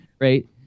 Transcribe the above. Right